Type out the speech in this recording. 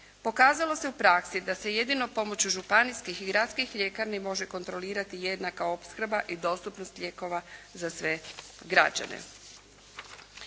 Pokazalo se u praksi da se jedino pomoću županijskih i gradskih ljekarni može kontrolirati jednaka opskrba i dostupnost lijekova za sve građane.